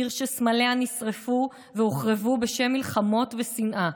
עיר שסמליה נשרפו והוחרבו בשם מלחמות ושנאה,